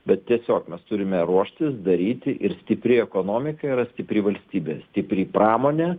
bet tiesiog mes turime ruoštis daryti ir stipri ekonomika yra stipri valstybė stipri pramonė